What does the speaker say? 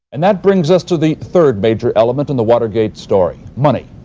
and that brings us to the third major element in the watergate story money.